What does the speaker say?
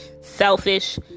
selfish